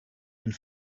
and